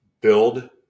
Build